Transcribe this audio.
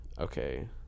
Okay